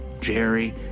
Jerry